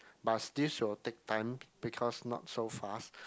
but these will take time because not so fast